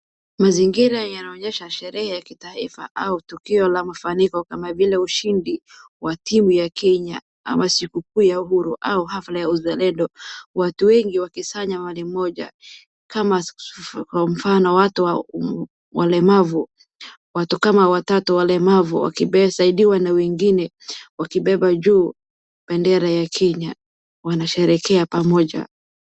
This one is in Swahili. Mazingira yanaonyesha sherehe ya kitaifa au tukio la mafanikio kama vile ushindi wa timu ya Kenya ama sikukuu ya uhuru au hafla ya uzalendo, watu wengi wakisanya mahali moja, kama kwa mfano watu walemavu. Watu kama watatu walemavu wakisaidiwa na wengine wakibeba juu bendera ya Kenya, wanasherekea pamoja.